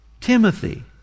Timothy